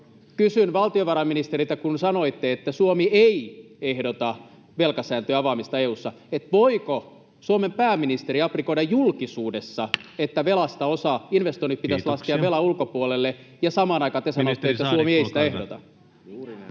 Kysyn valtiovarainministeriltä, kun sanoitte, että Suomi ei ehdota velkasääntöavaamista EU:ssa: voiko Suomen pääministeri aprikoida julkisuudessa, että investoinnit pitäisi laskea velan ulkopuolelle, [Puhemies: Kiitoksia!] kun samaan aikaan te sanotte, että Suomi ei sitä ehdota?